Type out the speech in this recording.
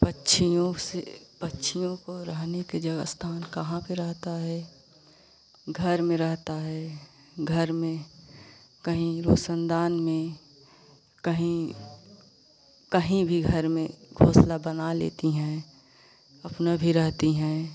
पक्षियों से पक्षियों को रहने की जो स्थान कहाँ पर रहता है घर में रहता है घर में कहीं रोशनदान में कहीं कहीं भी घर में घोंसला बना लेती हैं अपना भी रहती हैं